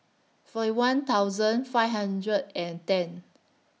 forty one thousand five hundred and ten